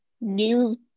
new